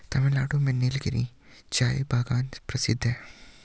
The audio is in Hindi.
तमिलनाडु में नीलगिरी चाय बागान प्रसिद्ध है